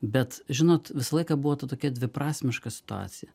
bet žinot visą laiką buvo ta tokia dviprasmiška situacija